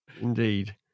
Indeed